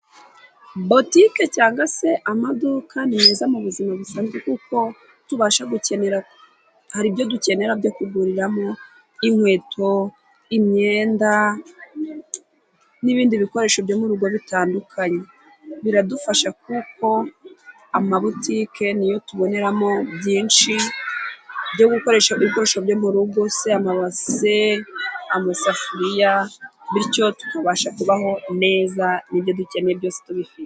Butike cyangwa se amaduka ni meza mu buzima busanzwe kuko tubasha gukenera hari ibyo dukenera byo kuguriramo: inkweto, imyenda n'ibindi bikoresho byo mu rugo bitandukanye. Biradufasha kuko amabutike niyo tuboneramo byinshi byo gukoresha ibikoresho byo mu rugo se amabase, amasafuriya, bityo tukabasha kubaho neza n'ibyo dukeneye byose tubifite.